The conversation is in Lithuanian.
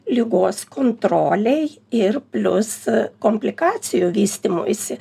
ligos kontrolei ir plius komplikacijų vystymuisi